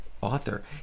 author